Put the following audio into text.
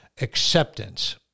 acceptance